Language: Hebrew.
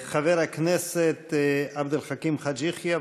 חבר הכנסת עבד אל חכים חאג' יחיא,